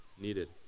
needed